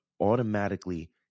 automatically